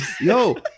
Yo